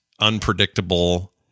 unpredictable